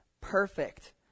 perfect